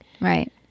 Right